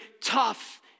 tough